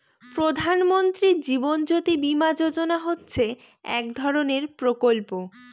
প্রধান মন্ত্রী জীবন জ্যোতি বীমা যোজনা হচ্ছে এক ধরনের প্রকল্প